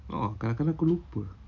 oh kadang-kadang aku lupa